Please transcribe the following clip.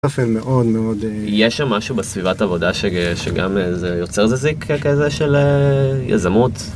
יש שם משהו בסביבת העבודה שגם יוצר איזה זיק כזה של יזמות